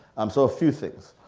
um so a few things.